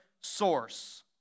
source